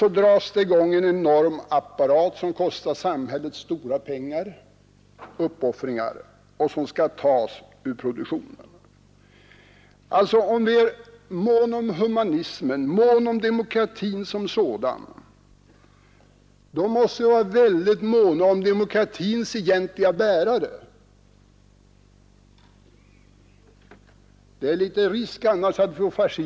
Så drar de i gång en enorm apparat som kostar samhället stora pengar, vilka skall tas ur produktionen. Om vi är måna om humanismen, måna om demokratin som sådan, måste vi även vara måna om demokratins egentliga bärare.